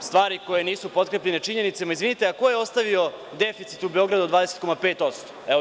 stvari koje nisu potkrepljene činjenicama, izvinite, a ko je ostavio deficit u Beogradu od 20,5%